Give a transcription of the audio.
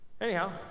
Anyhow